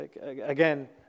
Again